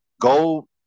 Go